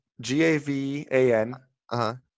G-A-V-A-N